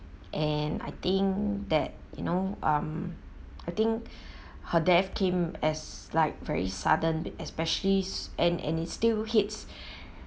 and I think that you know um I think her death came as like very sudden especially is and and it still hits